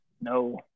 No